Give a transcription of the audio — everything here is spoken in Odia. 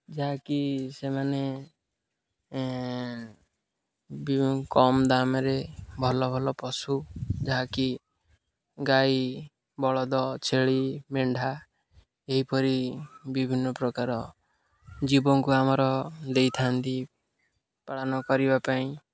ଯାହାକି ସେମାନେ କମ୍ ଦାମ୍ରେ ଭଲ ଭଲ ପଶୁ ଯାହାକି ଗାଈ ବଳଦ ଛେଳି ମେଣ୍ଢା ଏହିପରି ବିଭିନ୍ନପ୍ରକାର ଜୀବଙ୍କୁ ଆମର ଦେଇଥାନ୍ତି ପାଳନ କରିବା ପାଇଁ